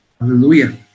Hallelujah